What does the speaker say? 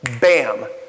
bam